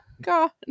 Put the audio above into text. god